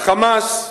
ה"חמאס",